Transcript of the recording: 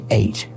eight